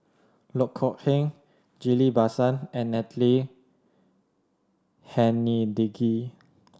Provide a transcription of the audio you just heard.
Loh Kok Heng Ghillie Basan and Natalie Hennedige